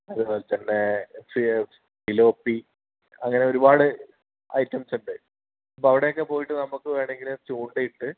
അതുപോലെത്തന്നെ പിലോപ്പി അങ്ങനെ ഒരുപാട് ഐറ്റംസ് ഉണ്ട് അപ്പോൾ അവിടെ ഒക്കെ പോയിട്ട് നമുക്ക് വേണമെങ്കിൽ ചൂണ്ടയിട്ട്